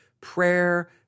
prayer